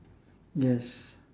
yes